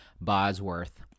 Bosworth